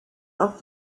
auf